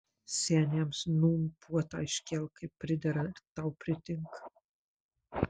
seniams nūn puotą iškelk kaip pridera tau ir pritinka